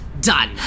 done